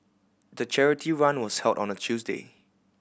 the charity run was held on a Tuesday